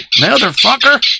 motherfucker